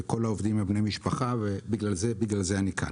וכל העובדים הם בני משפחה ובגלל זה אני כאן.